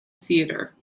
theatre